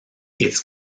its